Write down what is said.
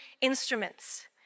instruments